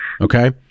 Okay